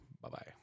Bye-bye